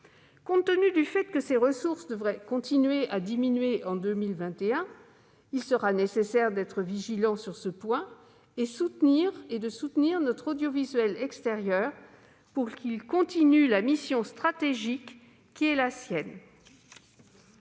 Compte tenu du fait que ces ressources devraient continuer à diminuer en 2021, il sera nécessaire d'être vigilant sur ce point et de soutenir notre audiovisuel extérieur, pour qu'il continue dans la mission stratégique qui est la sienne.